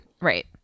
right